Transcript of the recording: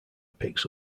picks